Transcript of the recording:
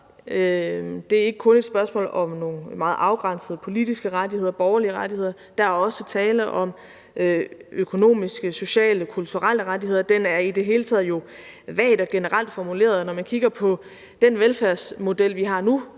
Det er ikke kun et spørgsmål om nogle meget afgrænsede politiske rettigheder, borgerlige rettigheder, der er også tale om økonomiske, sociale og kulturelle rettigheder. Den er jo i det hele taget vagt og generelt formuleret. Når man kigger på den velfærdsmodel, vi har nu,